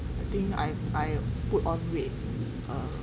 I think I I put on weight err